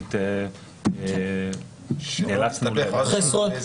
הפוליטית נאלצנו לחכות.